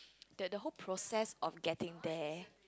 that the whole process of getting there